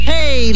Hey